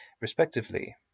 respectively